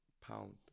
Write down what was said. pound